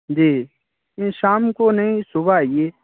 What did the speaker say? جی نہیں شام کو نہیں صبح آئیے